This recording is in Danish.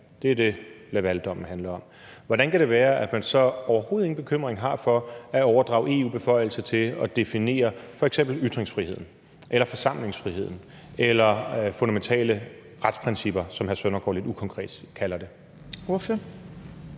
det er det, Lavaldommen handler om – hvordan kan det være, at man så overhovedet ingen bekymring har i forhold til at overdrage EU beføjelser til at definere f.eks. ytringsfriheden eller forsamlingsfriheden eller fundamentale retsprincipper, som hr. Søndergaard lidt ukonkret kalder det? Kl.